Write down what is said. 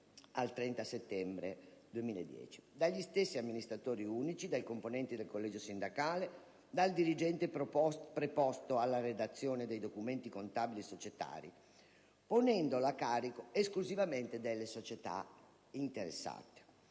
in essere dagli stessi amministratori unici, dai componenti del collegio sindacale, dal dirigente preposto alla redazione dei documenti contabili societari è posta a carico esclusivamente delle società interessate.